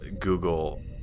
Google